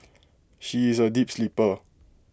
she is A deep sleeper